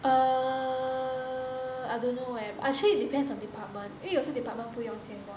err I don't know eh actually it depends on department 因为有些 department 不用签 bond